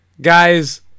guys